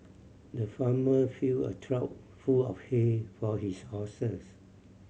the farmer filled a trough full of hay for his horses